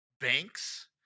Banks